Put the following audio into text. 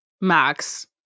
Max